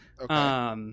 Okay